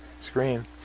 screen